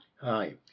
Hi